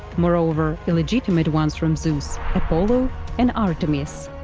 moreover, illegitimate ones from zeus apollo and artemis,